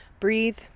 breathe